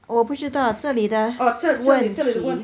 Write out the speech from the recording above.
我不知道这里的整体